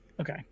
okay